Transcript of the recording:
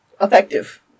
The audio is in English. effective